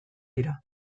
dira